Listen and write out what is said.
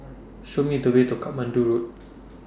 Show Me The Way to Katmandu Road